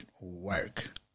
work